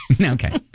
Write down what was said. Okay